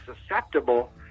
susceptible